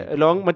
long